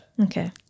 Okay